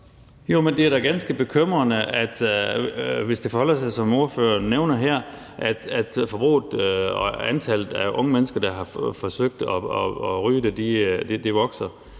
som ordføreren nævner her, at forbruget og antallet af unge mennesker, der har forsøgt at ryge det, vokser.